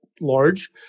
large